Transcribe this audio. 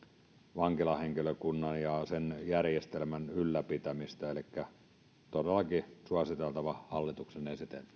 vankilahenkilökunnan ja sen järjestelmän ylläpitämistä elikkä tämä on todellakin suositeltava hallituksen